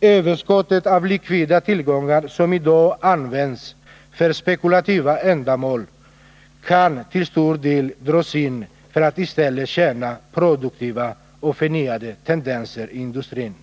Överskottet av likvida tillgångar, som i dag används för spekulativa ändamål, kan till stor del dras in för att i stället tjäna produktiva och förnyande tendenser i industrin.